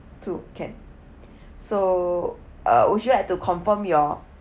two can so uh would you like to confirm your